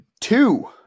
two